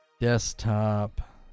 desktop